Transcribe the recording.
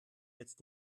jetzt